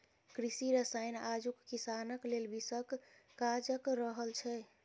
कृषि रसायन आजुक किसानक लेल विषक काज क रहल छै